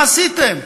מה עשיתם?